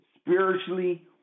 spiritually